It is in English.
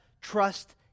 trust